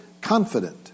confident